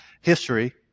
history